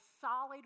solid